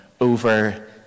over